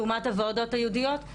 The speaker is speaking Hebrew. לעומת הוועדות הייעודיות,